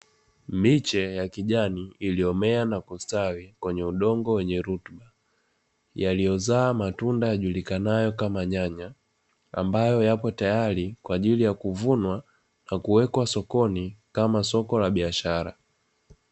Miche ya kijani iliyomea na kustawi kwenye udongo wenye rutuba, yaliyozaa matunda yajulikanayo kama nyanya, ambayo yapo tayari kwa ajili ya kuvunwa, na kuwekwa sokoni kama soko la biashara.